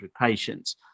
patients